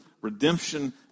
Redemption